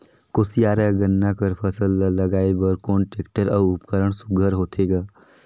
कोशियार या गन्ना कर फसल ल लगाय बर कोन टेक्टर अउ उपकरण सुघ्घर होथे ग?